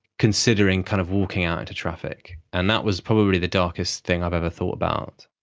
considering kind of walking out into traffic. and that was probably the darkest thing i've ever thought about.